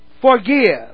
forgive